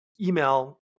email